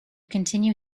continue